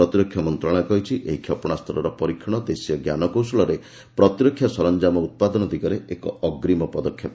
ପ୍ରତିରକ୍ଷା ମନ୍ତ୍ରଣାଳୟ କହିଛି ଏହି କ୍ଷେପଶାସ୍ତ୍ରର ପରୀକ୍ଷଣ ଦେଶୀୟ ଜ୍ଞାନକୌଶଳରେ ପ୍ରତିରକ୍ଷା ସରଞ୍ଜାମ ଉତ୍ପାଦନ ଦିଗରେ ଏକ ଅଗ୍ରୀମ ପଦକ୍ଷେପ